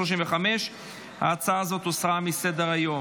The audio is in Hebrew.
35. ההצעה הזאת הוסרה מסדר-היום.